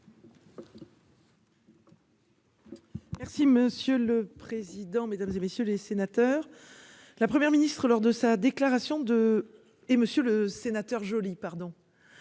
Merci monsieur le président, Mesdames et messieurs les sénateurs, la première ministre lors de sa déclaration de et Monsieur le Sénateur, joli, pardon,